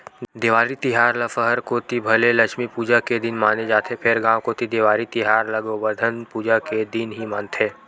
देवारी तिहार ल सहर कोती भले लक्छमी पूजा के दिन माने जाथे फेर गांव कोती देवारी तिहार ल गोबरधन पूजा के दिन ही मानथे